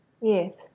yes